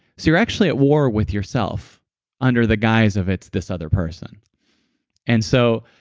so you're actually at war with yourself under the guise of it's this other person and so,